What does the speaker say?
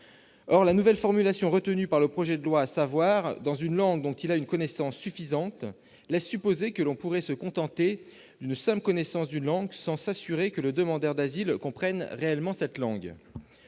Or la nouvelle formulation retenue par le projet de loi, à savoir « dans une langue dont il a une connaissance suffisante », laisse supposer que l'on pourrait se contenter d'une simple connaissance d'une langue, sans s'assurer que le demandeur d'asile la comprend réellement. En